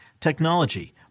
technology